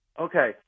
Okay